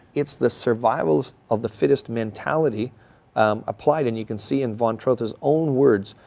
it's the survival of the fittest mentality applied and you can see in von trotha's own words,